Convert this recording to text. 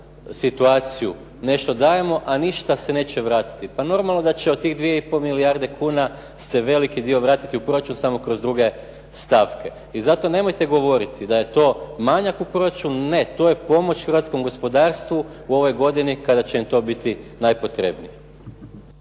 situaciju, nešto dajemo, a ništa se neće vratiti. Pa normalno da će od tih 2,5 milijarde kuna se veliki dio vratiti u proračun samo kroz druge stavke. I zato nemojte govoriti da je to manjak u proračunu. Ne to je pomoć hrvatskom gospodarstvu u ovoj godini kada će im to biti najpotrebnije.